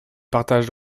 partage